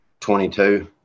22